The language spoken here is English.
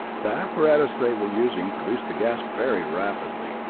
the apparatus they were using produced the gas very rapidly,